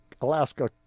Alaska